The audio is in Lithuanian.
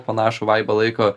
panašų vaibą laiko